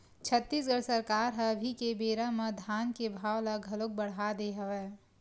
छत्तीसगढ़ सरकार ह अभी के बेरा म धान के भाव ल घलोक बड़हा दे हवय